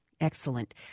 Excellent